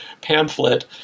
pamphlet